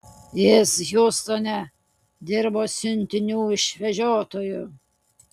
jis hjustone dirbo siuntinių išvežiotoju